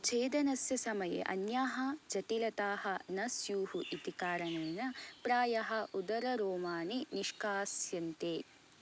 छेदनस्य समये अन्याः जटिलताः न स्युः इति कारणेन प्रायः उदररोमाणि निष्कास्यन्ते